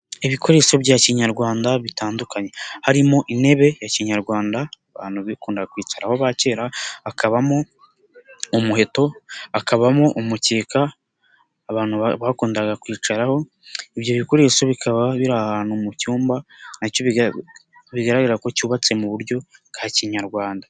Ibikoresho bya kinyarwanda bitandukanye, harimo intebe ya kinyarwanda, abantu bikunda kwicara aho ba kera, hakabamo umuheto, hakabamo umukeka, abantu bakundaga kwicaraho, ibyo bikoresho bikaba biri ahantu mu cyumba na cyo bigaragara ko cyubatse mu buryo bwa kinyarwanda.